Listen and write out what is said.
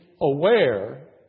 aware